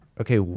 Okay